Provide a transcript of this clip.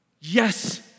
Yes